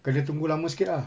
kena tunggu lama sikit ah